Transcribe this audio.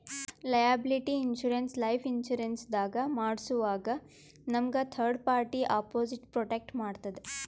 liability insurance life insurance ದಾಗ್ ಮಾಡ್ಸೋವಾಗ್ ನಮ್ಗ್ ಥರ್ಡ್ ಪಾರ್ಟಿ ಅಪೊಸಿಟ್ ಪ್ರೊಟೆಕ್ಟ್ ಮಾಡ್ತದ್